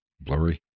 blurry